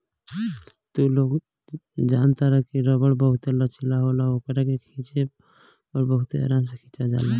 तू लोग जनतार की रबड़ बहुते लचीला होला ओकरा के खिचे पर बहुते आराम से खींचा जाला